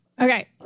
Okay